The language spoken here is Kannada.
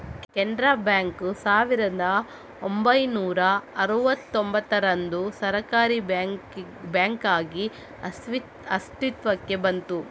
ಕೆನರಾ ಬ್ಯಾಂಕು ಸಾವಿರದ ಒಂಬೈನೂರ ಅರುವತ್ತೂಂಭತ್ತರಂದು ಸರ್ಕಾರೀ ಬ್ಯಾಂಕಾಗಿ ಅಸ್ತಿತ್ವಕ್ಕೆ ಬಂತು